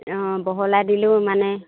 অঁ বহলাই দিলেও মানে